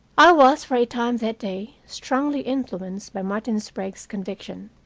i was, for a time that day, strongly influenced by martin sprague's conviction.